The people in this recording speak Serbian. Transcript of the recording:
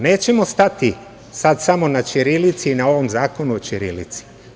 Nećemo stati sada samo na ćirilici na ovom Zakonu o ćirilici.